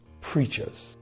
preachers